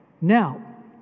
Now